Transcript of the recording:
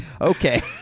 Okay